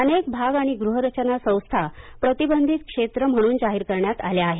अनेक भाग आणि गृहरचना संस्था प्रतिबंधीत क्षेत्र म्हणून जाहीर करण्यात आल्या आहेत